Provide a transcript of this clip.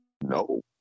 No